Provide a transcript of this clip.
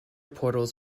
portals